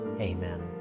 Amen